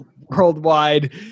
worldwide